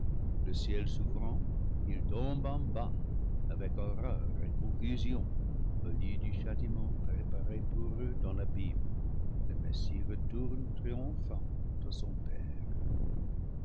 le ciel s'ouvrant ils tombent en bas avec horreur et confusion au lieu du châtiment préparé pour eux dans l'abîme le messie retourne triomphant à son père